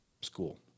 school